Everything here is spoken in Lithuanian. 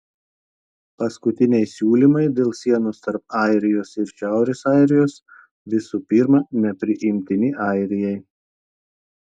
paskutiniai siūlymai dėl sienos tarp airijos ir šiaurės airijos visų pirma nepriimtini airijai